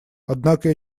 однако